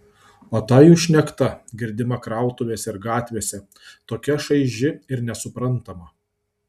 o ta jų šnekta girdima krautuvėse ir gatvėse tokia šaiži ir nesuprantama